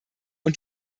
und